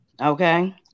Okay